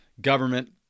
government